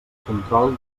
control